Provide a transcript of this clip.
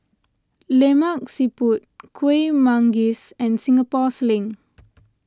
Lemak Siput Kuih Manggis and Singapore Sling